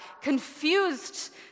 confused